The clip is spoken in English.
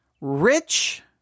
Rich